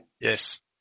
Yes